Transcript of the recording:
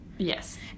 Yes